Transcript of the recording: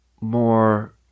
more